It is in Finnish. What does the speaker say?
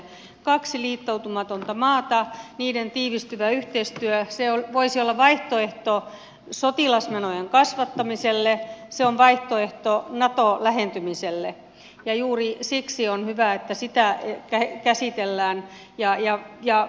kaksi liittoutumatonta maata niiden tiivistyvä yhteistyö voisi olla vaihtoehto sotilasmenojen kasvattamiselle se on vaihtoehto nato lähentymiselle ja juuri siksi on hyvä että sitä käsitellään